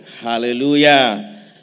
Hallelujah